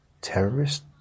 terrorist